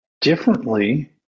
differently